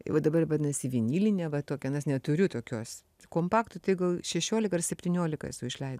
va dabar vadinasi vinilinė va tokia nes neturiu tokios kompaktų tai gal šešiolika ar septiniolika esu išleidus